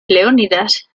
leónidas